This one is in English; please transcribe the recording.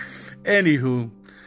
Anywho